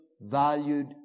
valued